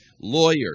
Lawyers